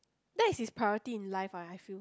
that is his priority in life ah I feel